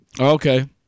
Okay